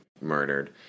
murdered